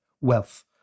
wealth